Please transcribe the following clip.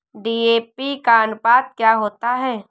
DAP का अनुपात क्या होता है?